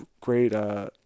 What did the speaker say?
great